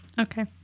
Okay